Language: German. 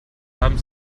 haben